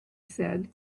said